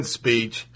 speech